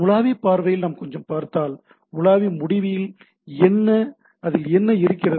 உலாவி பார்வையில் நாம் கொஞ்சம் பார்த்தால் உலாவி முடிவில் என்ன அதில் என்ன இருக்கிறது